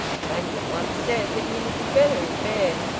maggie at once said that he would be better in bed,